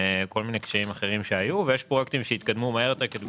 כל מיני קשיים אחרים שהיו ויש פרויקטים שהתקדמו כמו